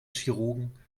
chirurgen